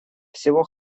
всего